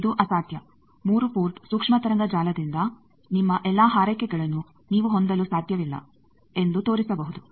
ಇದು ಅಸಾಧ್ಯ 3 ಪೋರ್ಟ್ ಸೂಕ್ಷ್ಮ ತರಂಗ ಜಾಲದಿಂದ ನಿಮ್ಮ ಎಲ್ಲಾ ಹಾರೈಕೆಗಳನ್ನು ನೀವು ಹೊಂದಲು ಸಾಧ್ಯವಿಲ್ಲ ಎಂದು ತೋರಿಸಬಹುದು